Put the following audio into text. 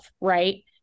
Right